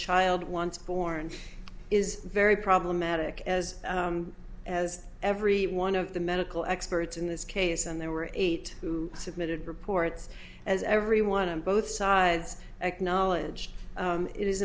child once born is very problematic as as every one of the medical experts in this case and there were eight who submitted reports as everyone on both sides acknowledged it is